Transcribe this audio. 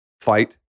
fight